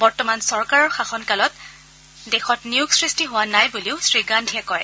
বৰ্তমান চৰকাৰৰ শাসনকালত দেশত নিয়োগ সৃষ্টি হোৱা নাই বুলিও শ্ৰীগান্ধীয়ে কয়